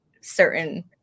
certain